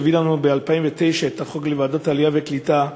שהביא לנו ב-2009 את החוק לוועדת העלייה והקליטה,